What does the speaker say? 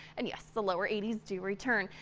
and yes, the lower eighty s to return.